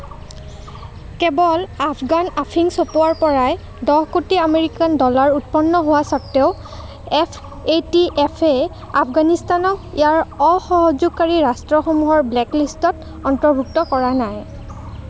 কেৱল আফগান আফিং চপোৱাৰ পৰাই দহ কোটি আমেৰিকান ডলাৰ উৎপন্ন হোৱা স্বত্বেও এফ এটি এফ এ আফগানিস্তানক ইয়াৰ অসহযোগকাৰী ৰাষ্ট্ৰসমূহৰ ব্লেকলিষ্টত অন্তৰ্ভুক্ত কৰা নাই